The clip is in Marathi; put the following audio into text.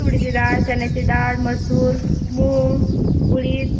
तुरीची डाळ चण्याची डाळ मसूर मूग उडीद